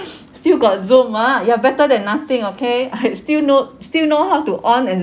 still got zoom ah ya better than nothing okay I still know still know how to on and